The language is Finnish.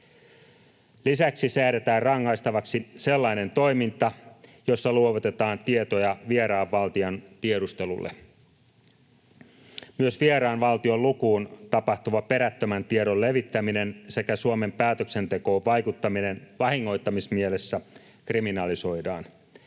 Lisäksi säädetään rangaistavaksi sellainen toiminta, jossa luovutetaan tietoja vieraan valtion tiedustelulle. Myös vieraan valtion lukuun tapahtuva perättömän tiedon levittäminen sekä Suomen päätöksentekoon vaikuttaminen vahingoittamismielessä kriminalisoidaan.